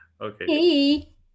Okay